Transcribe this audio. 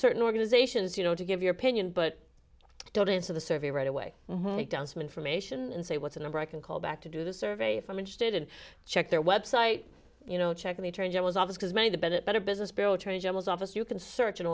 certain organizations you know to give your opinion but don't answer the survey right away down some information and say what's a number i can call back to do the survey from interested and check their website you know check in the attorney general's office because many of the bennett better business bureau turns general's office you can search an